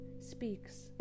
speaks